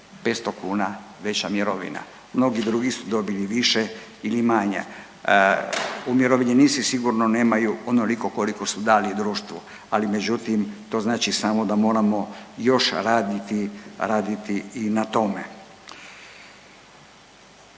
500 kuna veća mirovina, mnogi drugi su dobili više ili manje. Umirovljenici sigurno nemaju onoliko koliko su dali društvu, ali međutim to znači samo da moramo još raditi, raditi i na tome.